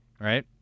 right